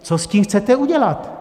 Co s tím chcete udělat?